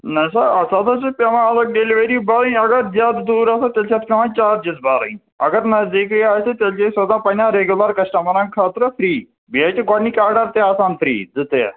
نہٕ سا اَتھ ہسا چھِ پیٚوان ڈیٚلِؤری باے اگر زیادٕ دوٗر آسان تیٚلہِ چھِ اتھ پیٚوان چارٕجِز برٕنۍ اگر نزدیٖکی آسہِ تیٚلہِ چھِ أسۍ سوزان پننٮ۪ن رِیگیولَر کشٹَمرن خٲطرٕ فری بیٚیہِ حظ چھِ گۄڈٕنیُک آرڈر تہِ آسان فری زٕ ترٛےٚ